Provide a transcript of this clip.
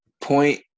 Point